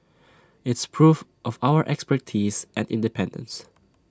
it's proof of our expertise and independence